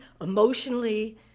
emotionally